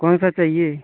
कौनसा चाहिए